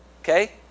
Okay